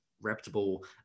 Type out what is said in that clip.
reputable